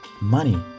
money